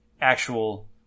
actual